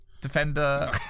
defender